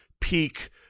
peak